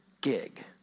gig